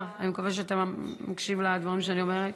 אני מקווה שאתה מקשיב לדברים שאני אומרת.